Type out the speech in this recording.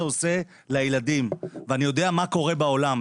עושה לילדים ואני יודע מה קורה בעולם,